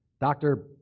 Doctor